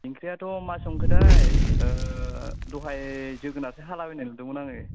ओंख्रिआथ' मा संखोथाय ओह दहाय जोगोनारसो हाला बायनाय नुदोंमोन आङो